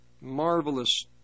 marvelous